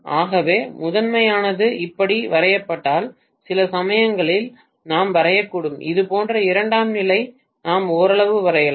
ஆகவே முதன்மையானது இப்படி வரையப்பட்டால் சில சமயங்களில் நாம் வரையக்கூடும் இது போன்ற இரண்டாம் நிலையை நாம் ஓரளவு வரையலாம்